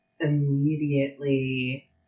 immediately